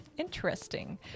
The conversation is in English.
interesting